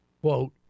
quote